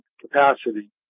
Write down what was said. capacity